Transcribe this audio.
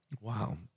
Wow